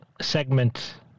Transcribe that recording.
segment